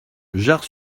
jard